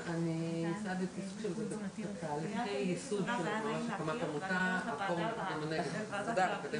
12:07.